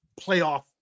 playoff